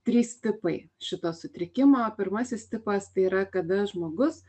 trys tipai šito sutrikimo pirmasis tipas tai yra kada žmogus